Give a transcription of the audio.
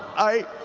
i